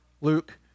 Luke